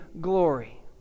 glory